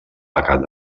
pecat